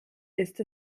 ist